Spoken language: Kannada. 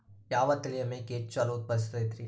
ಯಾವ ತಳಿಯ ಮೇಕೆ ಹೆಚ್ಚು ಹಾಲು ಉತ್ಪಾದಿಸತೈತ್ರಿ?